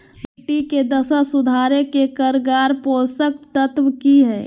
मिट्टी के दशा सुधारे के कारगर पोषक तत्व की है?